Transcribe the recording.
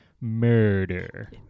murder